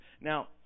Now